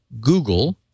Google